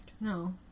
No